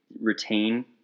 retain